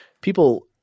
People –